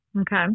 Okay